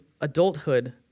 adulthood